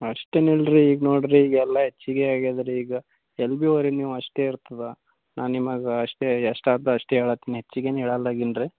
ಅಷ್ಟೇನು ಇಲ್ಲ ರೀ ಈಗ ನೋಡಿರಿ ಈಗೆಲ್ಲ ಹೆಚ್ಚಿಗೆ ಆಗ್ಯಾದೆ ರೀ ಈಗ ಎಲ್ಲಿ ಭೀ ಹೋಗ್ರೀ ನೀವು ಅಷ್ಟೇ ಇರ್ತದೆ ನಾ ನಿಮಗೆ ಅಷ್ಟೇ ಎಷ್ಟಾಯ್ತ್ ಅಷ್ಟೇ ಹೇಳತೀನಿ ಹೆಚ್ಚಿಗೇನು ಹೇಳಾಲಾಗೀನಿ ರೀ